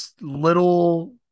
little